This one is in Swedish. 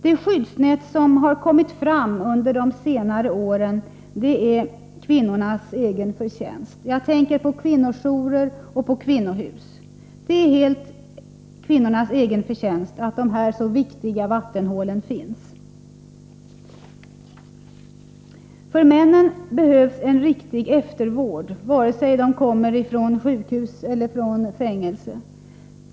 Det skyddsnät som under senare år kommit fram är kvinnornas egen förtjänst. Jag tänker på kvinnojourer och på kvinnohus. Det är helt kvinnornas egen förtjänst att dessa så viktiga vattenhål finns. För mannen behövs en riktig eftervård, vare sig han kommer från sjukhus eller från fängelse.